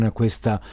questa